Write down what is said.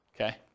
Okay